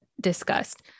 discussed